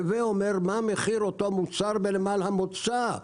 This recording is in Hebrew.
הווה אומר: מה מחיר אותו מוצר בנמל המוצא.